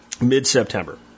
mid-September